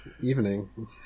evening